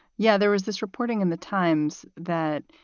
yeah, there was this reporting in the times that,